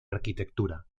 arquitectura